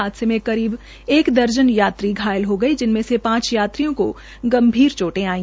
हादसे में करीब एक दर्जन यात्री घायल हो गये जिनमें से पांच यात्रियों को गंभीर चोंटे आई